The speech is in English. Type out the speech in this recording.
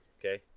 Okay